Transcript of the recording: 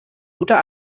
guter